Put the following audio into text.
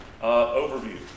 overview